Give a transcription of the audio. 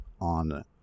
on